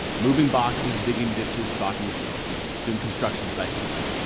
moving boxes, digging ditches, stocking shelves, doing construction site cleanup.